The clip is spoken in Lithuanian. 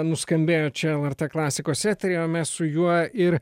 nuskambėjo čia lrt klasikos eteryje o mes su juo ir